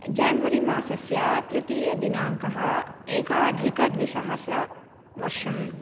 January मासस्य तृतीयदिनाङ्कः एकाधिकद्विसहस्रवर्षं